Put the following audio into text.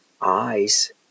eyes